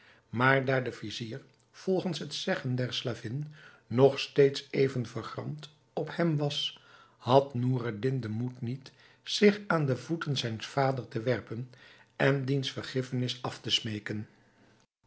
maar daar de vizier volgens het zeggen der slavin nog steeds even vergramd op hem was had noureddin den moed niet zich aan de voeten zijns vaders te werpen en diens vergiffenis af te smeeken